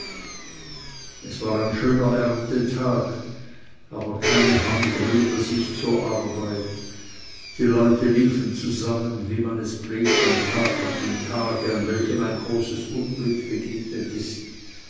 es war ein schöner erntetag aber keine hand rührte sich zur arbeit die leute liefen zusammen wie man es pflegt am tage nach dem tage an welchem ein großes unglück begegnet ist